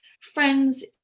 friends